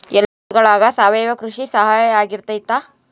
ಎಲ್ಲ ಋತುಗಳಗ ಸಾವಯವ ಕೃಷಿ ಸಹಕಾರಿಯಾಗಿರ್ತೈತಾ?